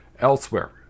Elsewhere